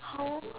how